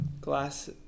Glass